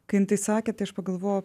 kai jin tai sakė tai aš pagalvojau